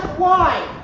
why?